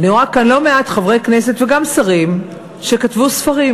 ואני רואה כאן לא מעט חברי כנסת וגם שרים שכתבו ספרים,